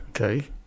Okay